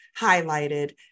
highlighted